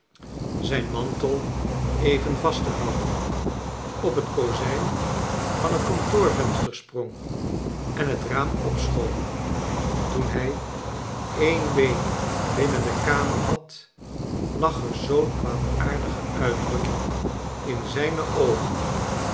zijn mantel even vast te houden op het kozijn van het kantoorvenster sprong en het raam opschoof toen hij een been binnen de kamer had lag er zoo'n kwaadaardige uitdrukking in zijne oogen